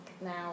now